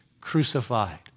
crucified